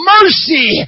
Mercy